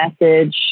message